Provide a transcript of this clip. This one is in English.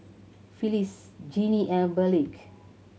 Phylis Gennie and Burleigh